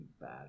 bad